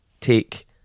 take